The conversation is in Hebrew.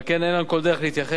ועל כן, אין לנו כל דרך להתייחס.